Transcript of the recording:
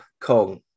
kong